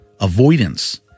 avoidance